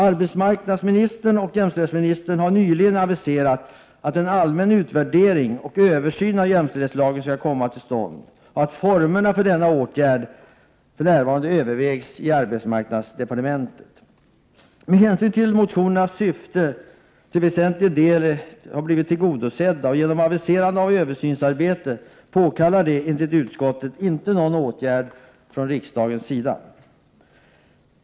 Arbetsmarknadsoch jämställdhetsministern har nyligen aviserat att en allmän utvärdering och översyn av jämställdhetslagen skall komma till stånd och att formerna för denna åtgärd för närvarande övervägs i arbetsmarknadsdepartementet. Med hänsyn till att motionernas syfte till väsentlig del har blivit tillgodosett genom det aviserade översynsarbetet påkallar detta, enligt utskottet, inte någon åtgärd från riksdagens sida.